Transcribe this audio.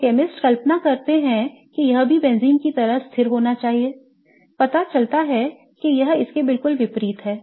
तो केमिस्ट्स कल्पना करते हैं कि यह भी बेंजीन की तरह स्थिर होना चाहिए पता चलता है कि यह इसके बिल्कुल विपरीत है